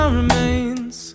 remains